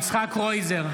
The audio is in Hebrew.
יצחק קרויזר,